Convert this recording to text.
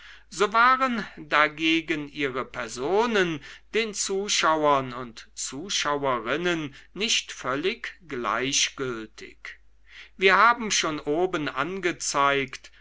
so waren dagegen ihre personen den zuschauern und zuschauerinnen nicht völlig gleichgültig wir haben schon oben angezeigt